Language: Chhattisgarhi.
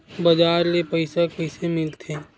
बजार ले पईसा कइसे मिलथे?